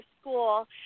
school